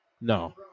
No